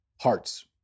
hearts